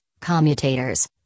commutators